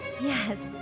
Yes